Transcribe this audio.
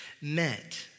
met